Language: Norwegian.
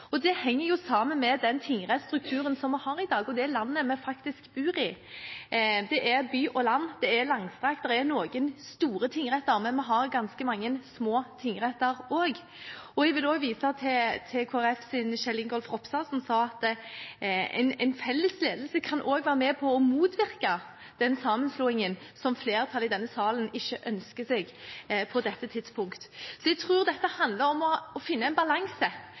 Det henger sammen med den tingrettstrukturen som vi har i dag, og det landet vi faktisk bor i – det er by og land, det er langstrakt, det er noen store tingretter, men vi har ganske mange små tingretter også. Jeg vil vise til Kristelig Folkepartis Kjell Ingolf Ropstad, som sa at en felles ledelse også kan være med på å motvirke den sammenslåingen som flertallet i denne salen ikke ønsker seg på dette tidspunkt. Så jeg tror dette handler om å finne en balanse